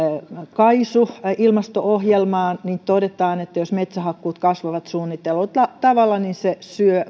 kaisu ilmasto ohjelmaan todetaan että jos metsähakkuut kasvavat suunnitellulla tavalla niin se syö